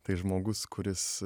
tai žmogus kuris